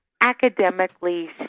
academically